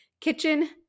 Kitchen